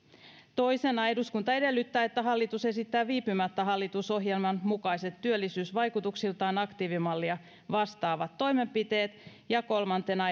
toisena eduskunta edellyttää että hallitus esittää viipymättä hallitusohjelman mukaiset työllisyysvaikutuksiltaan aktiivimallia vastaavat toimenpiteet ja kolmantena